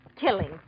killing